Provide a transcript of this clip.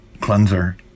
cleanser